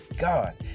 God